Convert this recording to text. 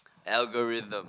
algorithm